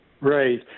Right